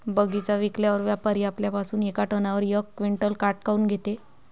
बगीचा विकल्यावर व्यापारी आपल्या पासुन येका टनावर यक क्विंटल काट काऊन घेते?